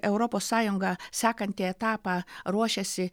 europos sąjungą sekantį etapą ruošiasi